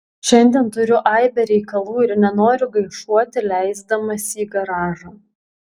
šiandien turiu aibę reikalų ir nenoriu gaišuoti leisdamasi į garažą